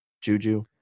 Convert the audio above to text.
Juju